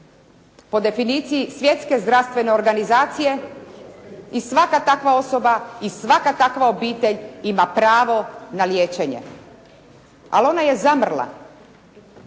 po definiciji Svjetske zdravstvene organizacije i svaka takva obitelj ima pravo na liječenje. Ali ona je zamrla.